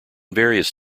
various